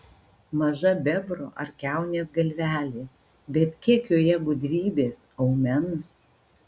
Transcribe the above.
maža bebro ar kiaunės galvelė bet kiek joje gudrybės aumens